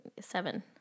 seven